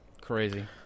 Crazy